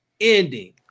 ending